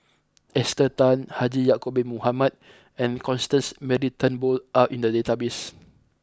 Esther Tan Haji Ya'Acob Bin Mohamed and Constance Mary Turnbull are in the database